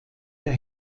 der